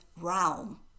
realm